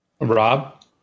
rob